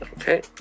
Okay